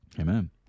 Amen